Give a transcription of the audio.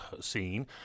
scene